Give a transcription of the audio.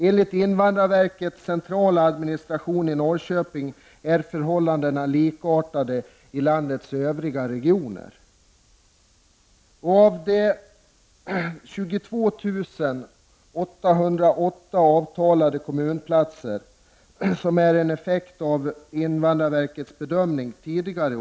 Enligt SIV:s centrala administration i Norrköping är förhållandet likartat i landets övriga tre regioner.